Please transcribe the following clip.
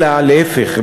אלא להפך,